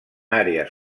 àrees